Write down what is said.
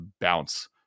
bounce